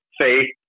faith